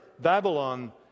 Babylon